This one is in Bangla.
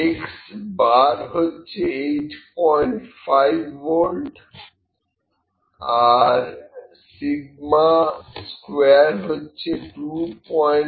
x' 85 v এবং σ2 25 v2